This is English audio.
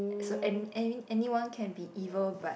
so an any anyone can be evil but